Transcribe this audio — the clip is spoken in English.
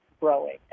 growing